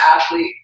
athlete